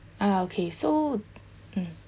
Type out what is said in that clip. ah okay so mm